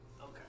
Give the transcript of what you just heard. Okay